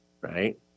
right